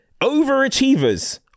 overachievers